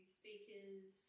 speakers